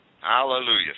Hallelujah